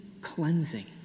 cleansing